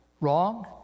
wrong